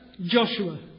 Joshua